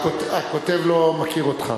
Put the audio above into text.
הכותב לא מכיר אותך.